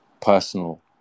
personal